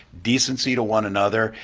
decency to one another,